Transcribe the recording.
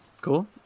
cool